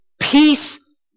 peace